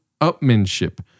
Upmanship